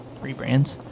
rebrands